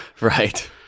Right